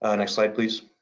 ah next slide, please.